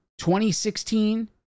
2016